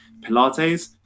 Pilates